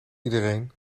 iedereen